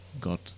God